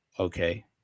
okay